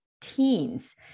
teens